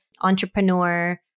entrepreneur